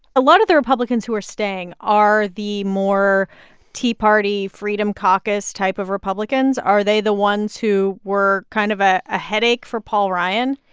a lot of the republicans who are staying are the more tea party, freedom caucus type of republicans. are they the ones who were kind of ah a headache for paul ryan?